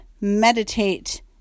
meditate